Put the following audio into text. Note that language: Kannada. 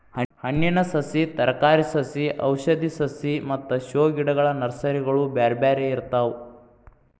ಹಣ್ಣಿನ ಸಸಿ, ತರಕಾರಿ ಸಸಿ ಔಷಧಿ ಸಸಿ ಮತ್ತ ಶೋ ಗಿಡಗಳ ನರ್ಸರಿಗಳು ಬ್ಯಾರ್ಬ್ಯಾರೇ ಇರ್ತಾವ